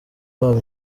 babo